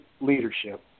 leadership